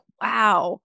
wow